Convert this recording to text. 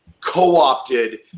co-opted